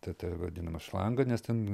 ta ta vadinama šlanga nes ten